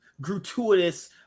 gratuitous